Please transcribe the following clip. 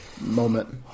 moment